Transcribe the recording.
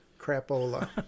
crapola